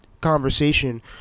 conversation